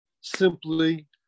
simply